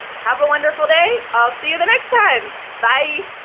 have a wonderful day. i'll see you the next time. bye.